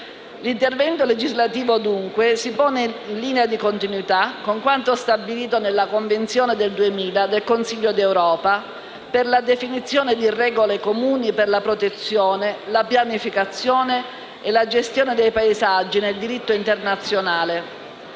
L'intervento legislativo, dunque, si pone in linea di continuità con quanto stabilito nella Convenzione del 2000 del Consiglio d'Europa per la definizione di regole comuni per la protezione, la pianificazione e la gestione dei paesaggi nel diritto internazionale.